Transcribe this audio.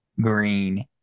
Green